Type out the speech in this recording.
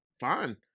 Fine